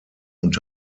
und